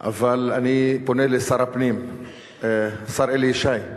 אני פונה לשר הפנים, השר אלי ישי,